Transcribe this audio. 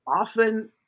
often